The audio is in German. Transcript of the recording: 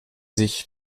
sich